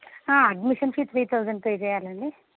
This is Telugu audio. admission fee three thousand pay చెయ్యాలండి